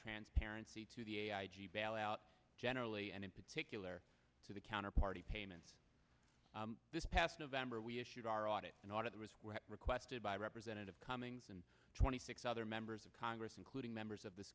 transparency to the i g bailout generally and in particular to the counterparty payment this past november we issued our audit an order that was requested by representative cummings and twenty six other members of congress including members of this